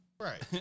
Right